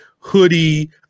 hoodie